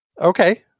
Okay